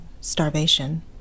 starvation